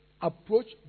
Approach